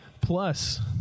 Plus